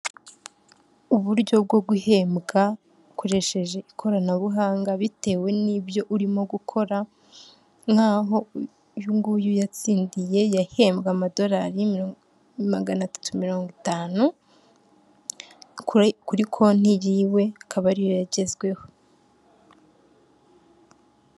Uburyo bwo guhembwa ukoresheje ikoranabuhanga bitewe n'ibyo urimo gukora nk'aho uyu nguyu yatsindiye yahembwe amadorari magana atatu mirongo itanu, kuri konti yiwe akaba ari yo yagezweho.